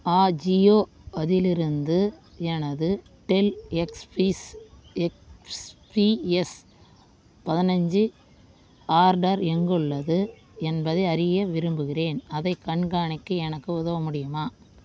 ஆஜியோ அதிலிருந்து எனது Dell XPS XPS பதினஞ்சு ஆர்டர் எங்குள்ளது என்பதை அறிய விரும்புகிறேன் அதைக் கண்காணிக்க எனக்கு உதவ முடியுமா